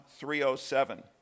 307